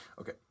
Okay